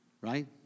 Right